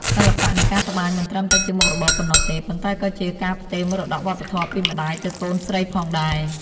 សិល្បៈនៃការត្បាញមិនត្រឹមតែជាមុខរបរប៉ុណ្ណោះទេ ប៉ុន្តែក៏ជាការផ្ទេរមរតកវប្បធម៌ពីម្តាយទៅកូនស្រីផងដែរ។